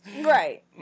Right